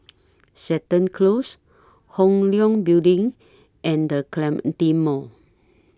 Seton Close Hong Leong Building and The Clementi Mall